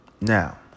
Now